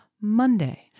Monday